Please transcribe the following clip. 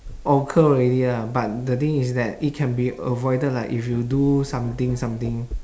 occur already lah but the thing is that it can be avoided like if you do something something